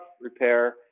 repair